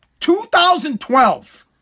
2012